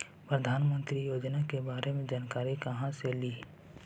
प्रधानमंत्री योजना के बारे मे जानकारी काहे से ली?